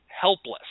helpless